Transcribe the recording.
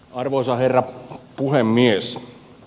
arvoisa herra puhemies